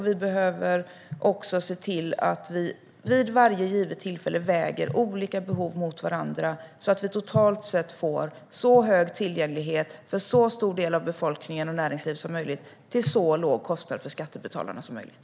Vid varje tillfälle behöver vi väga olika behov mot varandra så att vi totalt sett får så hög tillgänglighet för så stor del av befolkningen och näringslivet som möjligt till så låg kostnad för skattebetalarna som möjligt.